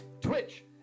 Twitch